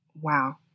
Wow